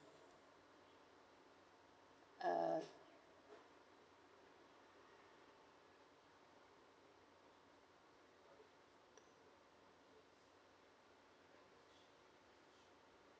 uh